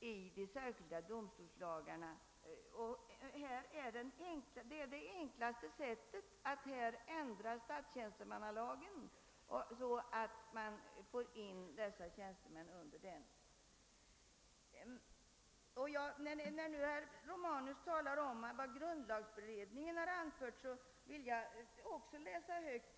i de särskilda domstolslagarna, men det enklaste sättet är att ändra statstjänstemannalagen så att den blir tillämplig på dessa tjänstemän. Med anledning av att herr Romanus talar om vad grundlagberedningen har anfört vill jag också läsa högt.